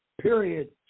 Period